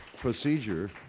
procedure